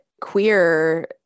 queer